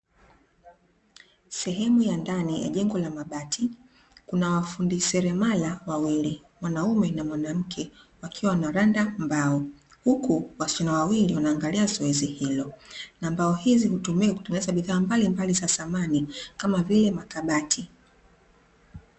Sehemu ya ndani ya jengo la mabati kuna mafundi seremala wawili mwanaume na mwanamke wakiwa wanaranda mbao huku wasichana wawili wanaangalia zoezi hilo, na mbao hizi hutumika kutengeneza bidhaa mbalimbali za samani kama vile makabati.